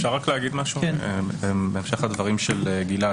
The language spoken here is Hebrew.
בהמשך לדברים שלך,